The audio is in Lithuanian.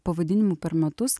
pavadinimų per metus